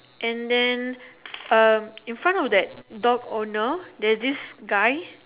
and then um you find out that dog owner there's this guy